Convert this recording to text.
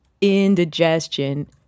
indigestion